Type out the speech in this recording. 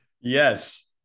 Yes